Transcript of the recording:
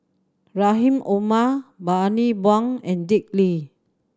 Rahim Omar Bani Buang and Dick Lee